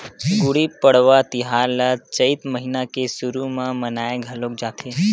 गुड़ी पड़वा तिहार ल चइत महिना के सुरू म मनाए घलोक जाथे